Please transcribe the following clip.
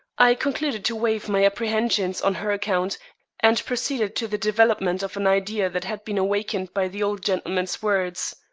i concluded to waive my apprehensions on her account and proceed to the development of an idea that had been awakened by the old gentleman's words.